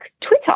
Twitter